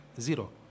zero